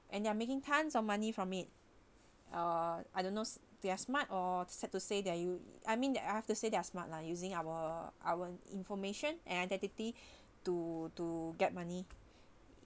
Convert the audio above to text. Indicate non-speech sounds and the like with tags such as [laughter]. and they're making tons of money from it uh I don't knows they are smart or sad to say that you I mean that I have to say they're smart lah using our our information and identity [breath] to to get money